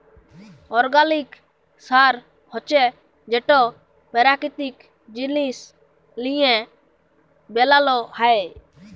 organic সার হছে যেট পেরাকিতিক জিনিস লিঁয়ে বেলাল হ্যয়